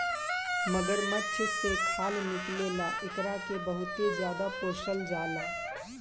मगरमच्छ से खाल निकले ला एकरा के बहुते ज्यादे पोसल जाला